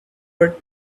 were